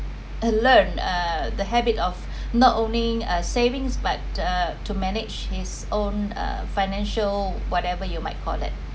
uh learn uh the habit of not owning a savings but uh to manage his own uh financial whatever you might call that